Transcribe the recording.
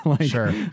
Sure